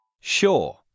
Sure